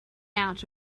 out